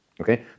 okay